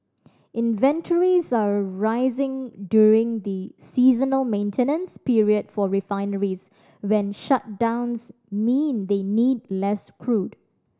inventories are rising during the seasonal maintenance period for refineries when shutdowns mean they need less crude